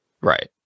Right